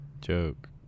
joke